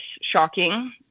shocking